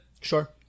Sure